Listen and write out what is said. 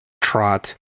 trot